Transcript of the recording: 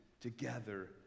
together